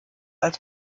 als